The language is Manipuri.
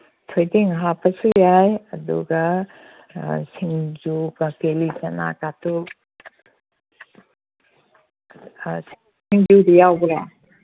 ꯊꯣꯏꯗꯤꯡ ꯍꯥꯞꯄꯁꯨ ꯌꯥꯏ ꯑꯗꯨꯒ ꯁꯤꯡꯖꯨꯒ ꯀꯦꯂꯤꯆꯅꯥꯒꯀꯥꯗꯨ ꯁꯤꯡꯖꯨꯗꯤ ꯌꯥꯎꯗ꯭ꯔꯦ